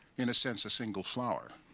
in a sense, a single flower.